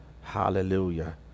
Hallelujah